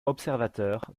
observateur